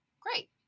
great